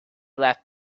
laughed